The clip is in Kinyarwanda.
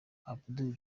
abdul